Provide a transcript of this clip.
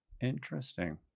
Interesting